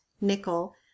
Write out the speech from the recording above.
nickel